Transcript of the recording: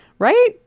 right